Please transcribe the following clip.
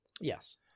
Yes